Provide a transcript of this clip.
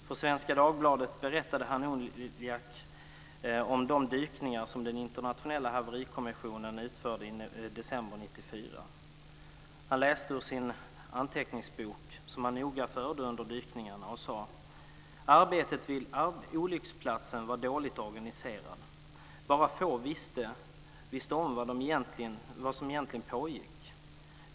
För Svenska Dagbladet berättade han om de dykningar som den internationella haverikommissionen utförde i december 1994. Han läste ur sin anteckningsbok - anteckningar som han noga förde i samband med dykningarna - och sade: Arbetet vid olycksplatsen var dåligt organiserat. Bara få visste om vad som egentligen pågick.